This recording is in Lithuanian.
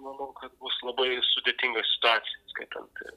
manau kad bus labai sudėtingoj situacijoj įskaitant ir